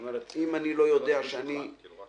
כלומר אם אני לא יודע שאני מגיע,